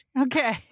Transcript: okay